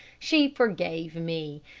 she forgave me,